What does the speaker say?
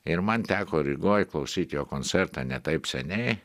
ir man teko rygoj klausyt jo koncertą ne taip seniai